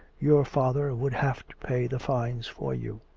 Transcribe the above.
your father would have to pay the fines for you,